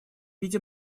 виде